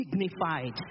dignified